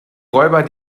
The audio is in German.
räuber